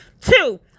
two